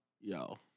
Yo